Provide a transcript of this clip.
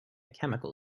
chemical